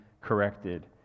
corrected